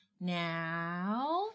now